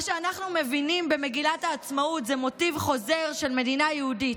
מה שאנחנו מבינים במגילת העצמאות זה מוטיב חוזר של מדינה יהודית,